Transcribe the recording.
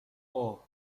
اوه